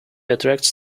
attracts